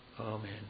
Amen